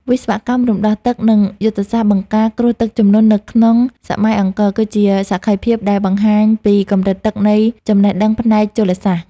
វិស្វកម្មរំដោះទឹក និងយុទ្ធសាស្ត្របង្ការគ្រោះទឹកជំនន់នៅក្នុងសម័យអង្គរ គឺជាសក្ខីភាពដែលបង្ហាញពីកម្រិតខ្ពស់នៃចំណេះដឹងផ្នែកជលសាស្ត្រ។